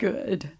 Good